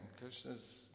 Krishna's